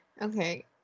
Okay